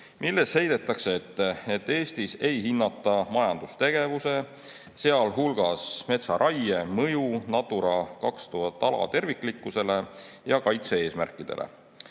milles heidetakse ette, et Eestis ei hinnata majandustegevuse, sealhulgas metsaraie mõju Natura 2000 ala terviklikkusele ja kaitse‑eesmärkidele.